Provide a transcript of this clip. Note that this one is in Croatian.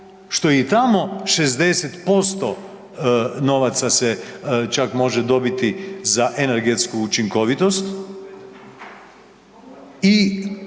je i tamo 60% novaca se čak može dobiti za energetsku učinkovitost